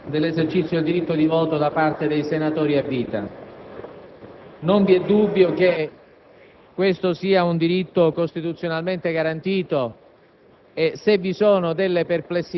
della legittimità dell'esercizio del diritto di voto da parte dei senatori a vita. Non vi è dubbio che questo sia un diritto costituzionalmente garantito,